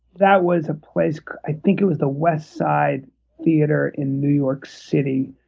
that was a place i think it was the westside theater in new york city,